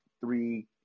three